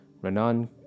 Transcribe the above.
Renan